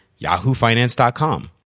yahoofinance.com